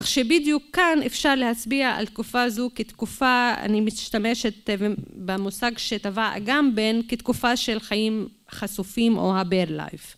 אך שבדיוק כאן אפשר להצביע על תקופה זו כתקופה, אני משתמשת במושג שטבע גם בן, כתקופה של חיים חשופים או ה-bear life.